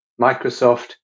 Microsoft